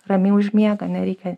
ramiai užmiega nereikia